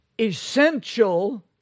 Essential